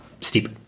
steep